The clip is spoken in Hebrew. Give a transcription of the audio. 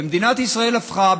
ומדינת ישראל הפכה,